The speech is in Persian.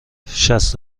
شصت